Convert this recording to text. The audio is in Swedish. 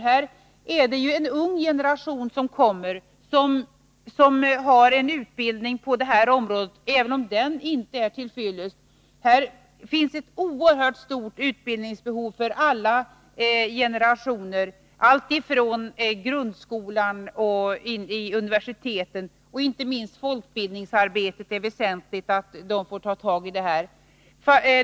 Det kommer här en ung generation, som har utbildning på detta område, även om denna inte är till fyllest. Här finns ett oerhört stort utbildningsbehov för alla generationer, allt ifrån grundskolan till universiteten. Inte minst är det väsentligt att folkbildningsarbetet tar tag i detta.